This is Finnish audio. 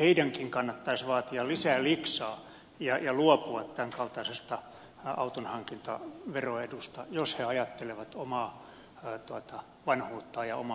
heidänkin kannattaisi vaatia lisää liksaa ja luopua tämänkaltaisesta autonhankintaveroedusta jos he ajattelevat omaa vanhuuttaan ja omaa sosiaaliturvaansa